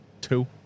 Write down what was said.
Two